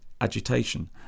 agitation